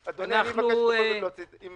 אני מבקש בכל זאת להוציא את הסעיף של הממשלה,